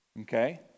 okay